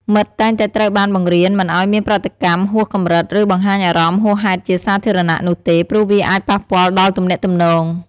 មិត្តតែងតែត្រូវបានបង្រៀនមិនឱ្យមានប្រតិកម្មហួសកម្រិត ឬ បង្ហាញអារម្មណ៍ហួសហេតុជាសាធារណៈនោះទេ ព្រោះវាអាចប៉ះពាល់ដល់ទំនាក់ទំនង។